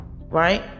right